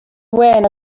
wenu